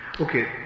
okay